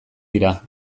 dira